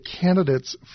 candidates